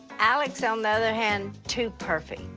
alex, on the other hand, too perfect.